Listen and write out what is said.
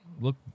look